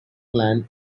clan